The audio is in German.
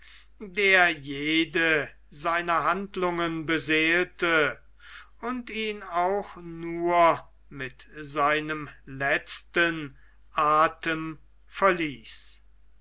der jede seiner handlungen beseelte und ihn auch nur mit seinem letzten athem verließ